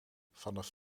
vanaf